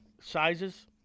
Sizes